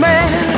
Man